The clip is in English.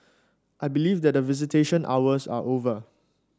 I believe that visitation hours are over